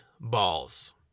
balls